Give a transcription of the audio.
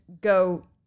go